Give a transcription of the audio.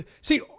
see